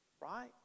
Right